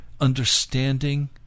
understanding